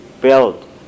build